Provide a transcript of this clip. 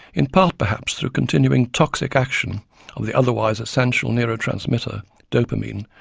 in part perhaps through continuing toxic action of the otherwise essential neurotransmitter dopamine,